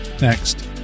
Next